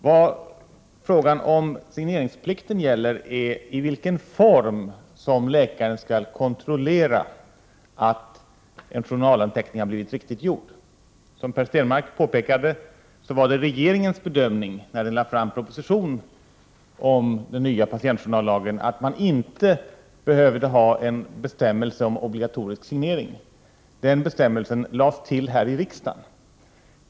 Vad frågan om signeringsplikten gäller är i vilken form som läkaren skall kontrollera att en journalanteckning har blivit riktigt gjord. Som Per Stenmarck påpekade var det regeringens bedömning då den framlade propositionen om den nya patientjournallagen att lagen inte behöver innehålla en bestämmelse om obligatorisk signering. Den bestämmelsen lades till här i riksdagen.